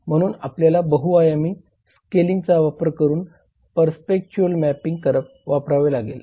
म्हणून आपल्याला बहुआयामी स्केलिंगचा वापर करून परसेप्च्युअल मॅपिंग वापरावे लागेल